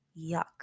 yuck